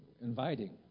inviting